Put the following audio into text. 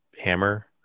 hammer